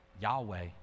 Yahweh